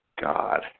God